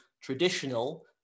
traditional